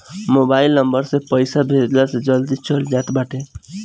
mobile number से पईसा भेजला से जल्दी से चल जात बाटे